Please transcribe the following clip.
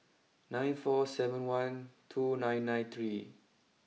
nine four seven one two nine nine three